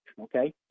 okay